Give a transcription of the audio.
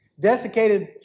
Desiccated